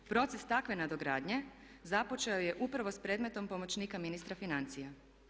Proces takve nadogradnje započeo je upravo s predmetom pomoćnika ministra financija.